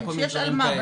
דברים כאלה.